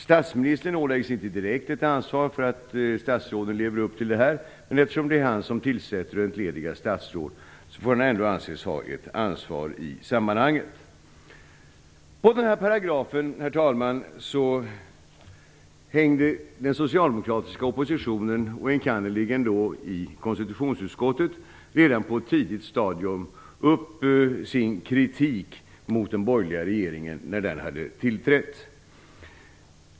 Statsministern åläggs inte direkt ett ansvar för att statsråden lever upp till detta, men eftersom det är han som tillsätter och entledigar statsråd, får han ändå anses ha ett ansvar i sammanhanget. På denna paragraf, herr talman, hängde den socialdemokratiska oppositionen, enkannerligen i konstitutionsutskottet, redan på ett tidigt stadium upp sin kritik mot den borgerliga regeringen sedan den hade tillträtt.